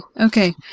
okay